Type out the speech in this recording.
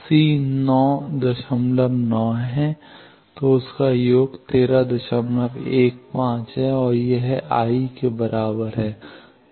तो उनका योग 1315 है और यह I के बराबर है